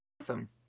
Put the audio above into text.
Awesome